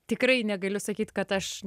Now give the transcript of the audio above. tikrai negaliu sakyt kad aš